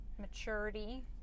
maturity